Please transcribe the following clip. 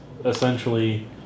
essentially